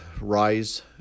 rise